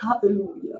hallelujah